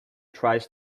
tries